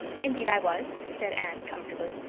indeed i was, said anne comfortably.